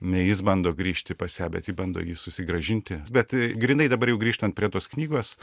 ne jis bando grįžti pas ją bet ji bando jį susigrąžinti bet grynai dabar jau grįžtant prie tos knygos